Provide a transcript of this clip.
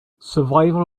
survival